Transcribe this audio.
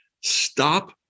Stop